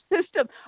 system